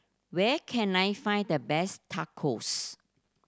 where can I find the best Tacos